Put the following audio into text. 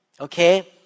okay